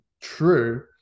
true